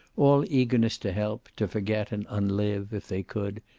all eagerness to help, to forget and unlive, if they could,